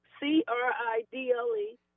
C-R-I-D-L-E